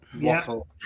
Waffle